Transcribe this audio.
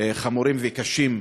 חמורים וקשים.